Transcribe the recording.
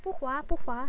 不划不划